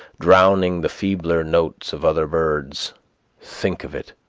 drowning the feebler notes of other birds think of it!